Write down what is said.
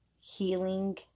healing